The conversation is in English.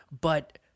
but-